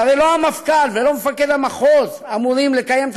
והרי לא המפכ"ל ולא מפקד המחוז אמורים לקיים את